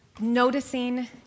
noticing